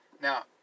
Now